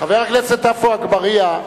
חבר הכנסת עפו אגבאריה,